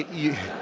you